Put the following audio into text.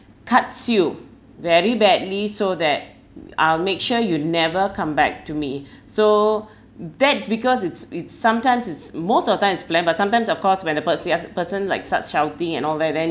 cuts you very badly so that I'll make sure you'd never come back to me so that's because it's it's sometimes it's most of the time it's planned but sometimes of course when the pers~ person like starts shouting and all that then